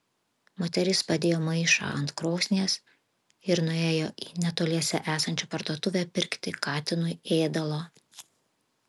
moteris padėjo maišą ant krosnies ir nuėjo į netoliese esančią parduotuvę pirkti katinui ėdalo